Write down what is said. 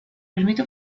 permite